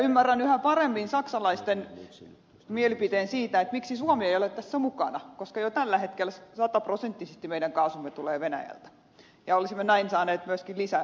ymmärrän yhä paremmin saksalaisten mielipiteen siitä miksi suomi ei ole tässä mukana koska jo tällä hetkellä sataprosenttisesti meidän kaasumme tulee venäjältä ja olisimme näin saaneet myöskin lisäpointin tästä